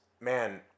Man